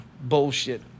bullshit